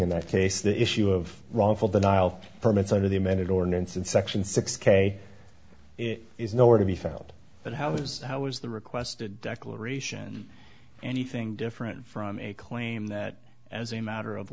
in that case the issue of wrongful denial permits under the amended ordinance and section six k is nowhere to be found but how was how was the requested declaration anything different from a claim that as a matter of